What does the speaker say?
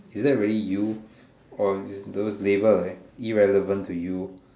is that really you or is this those label irrelevant to you